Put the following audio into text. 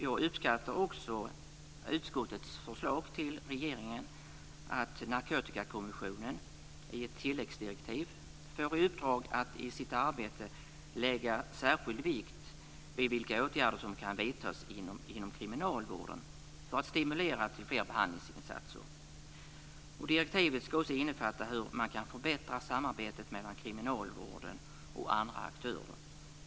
Jag uppskattar också utskottets förslag till regeringen, att Narkotikakommissionen i ett tilläggsdirektiv får i uppdrag att i sitt arbete lägga särskild vikt vid vilka åtgärder som kan vidtas inom kriminalvården för att stimulera till fler behandlingsinsatser. Direktivet ska också innefatta hur man kan förbättra samarbetet mellan kriminalvården och andra aktörer.